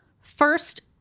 First